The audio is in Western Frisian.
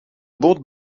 bot